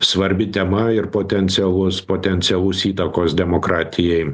svarbi tema ir potencialus potencialus įtakos demokratijai